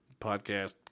Podcast